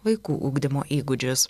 vaikų ugdymo įgūdžius